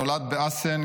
נולד באסן,